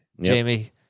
Jamie